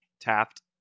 Taft